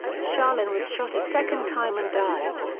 shaalan was shot a second time and died.